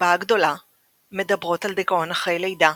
"הדובה הגדולה – מדברות על דיכאון אחרי לידה"